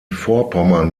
vorpommern